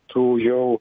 tų jau